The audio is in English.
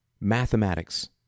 Mathematics